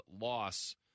loss